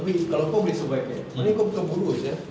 abeh kalau kau boleh survive that makna kau bukan bodoh sia